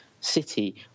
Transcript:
city